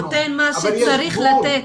הוא נותן מה שהוא צריך לתת.